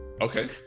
Okay